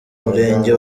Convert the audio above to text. murenge